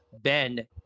Ben